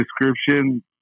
description